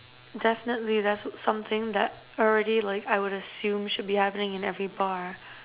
definitely that's something that I already like I would assume should be happening in every bar